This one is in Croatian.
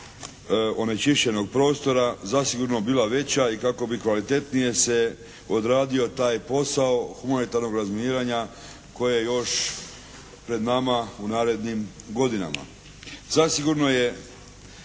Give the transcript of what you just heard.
onečišćenog prostora zasigurno bila veća i kako bi kvalitetnije se odradio taj posao humanitarnog razminiranja koje je još pred nama u narednim godinama. Zasigurno je